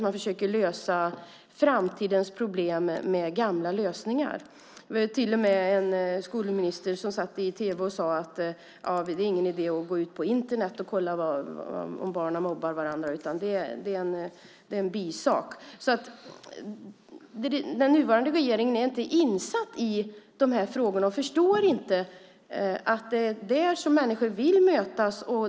Man försöker lösa framtidens problem med gamla lösningar. Det var till och med en skolminister som satt i tv och sade: Det är ingen idé att gå ut på Internet och kolla om barnen mobbar varandra, utan det är en bisak. Den nuvarande regeringen är inte insatt i de här frågorna och förstår inte att det är där som människor vill mötas.